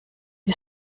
wir